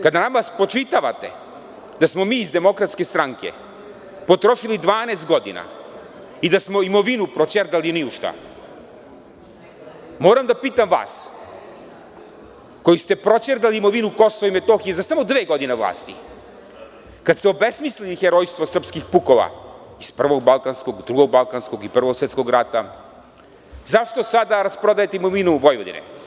Kada nama spočitavate da smo mi iz DS potrošili 12 godina i da smo imovinu proćerdali ni u šta, moram da pitam vas koji ste proćerdali imovinu KiM za samo dve godine vlasti, kad ste obesmislili herojstvo srpskih pukova iz Prvog balkanskog, Drugog balkanskog i Prvog svetskog rata, zašto sada rasprodajete imovinu u Vojvodini?